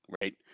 right